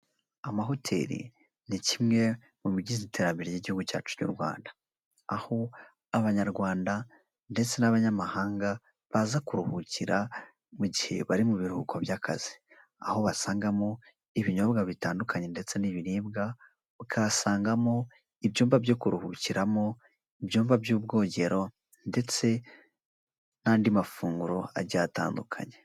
Amahoteli ni kimwe mu bigize iterambere ry'igihugu cyacu cy'u Rwanda. Aho Abanyarwanda ndetse n'Abanyamahanga baza kuruhukira mu gihe bari mu biruhuko by'akazi ,aho basangamo, ibinyobwa bitandukanye ndetse n'ibiribwa ,bakahasangamo ibyumba byo kuruhukiramo ibyumba by'ubwogero ,ndetse n'andi mafunguro agiye atandukanye.